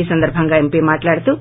ఈ సందర్బంగా ఎంపీ మాట్లాడుతూ